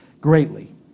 greatly